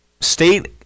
State